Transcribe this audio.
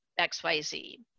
XYZ